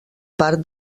part